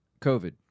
COVID